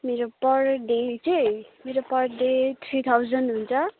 मेरो per day चाहिँ मेरो पर डे थ्री थाउजन्ड हुन्छ